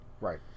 Right